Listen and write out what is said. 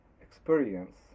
experience